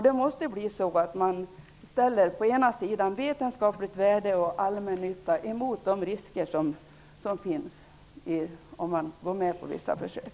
Det måste bli så att man å ena sidan ställer vetenskapligt värde och allmännytta mot å andra sidan de risker som finns om man går med på vissa försök.